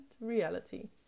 reality